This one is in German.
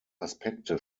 aspekte